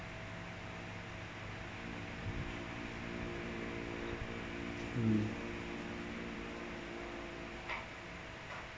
mm